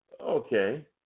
Okay